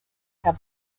have